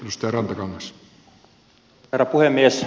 arvoisa herra puhemies